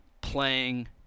playing